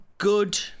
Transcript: Good